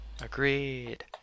Agreed